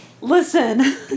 Listen